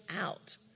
out